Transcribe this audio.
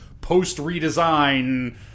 post-redesign